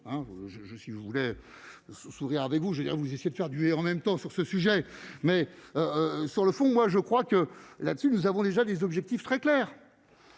suis vous voulait sourire avez vous, je veux dire, vous essayez de faire du et en même temps sur ce sujet, mais sur le fond, moi je crois que là-dessus, nous avons déjà des objectifs très clairs,